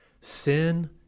Sin